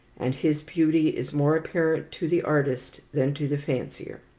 and his beauty is more apparent to the artist than to the fancier.